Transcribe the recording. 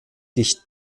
dicht